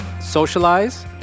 socialize